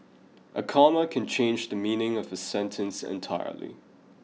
a comma can change the meaning of a sentence entirely